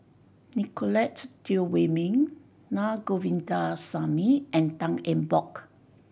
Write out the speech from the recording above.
Nicolette Teo Wei Min Na Govindasamy and Tan Eng Bock